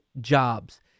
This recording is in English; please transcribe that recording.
Jobs